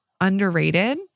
underrated